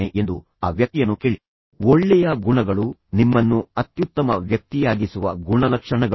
ಅಂದರೆ ಎಲ್ಲಾ ಮನುಷ್ಯರಿಗೂ ಈ ಒಳ್ಳೆಯ ಮತ್ತು ಕೆಟ್ಟ ಗುಣಗಳಿವೆ ದುರ್ಗುಣಗಳು ಮತ್ತು ನಂತರ ಸದ್ಗುಣಗಳು